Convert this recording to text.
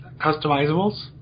customizables